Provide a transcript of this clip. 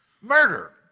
Murder